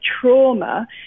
trauma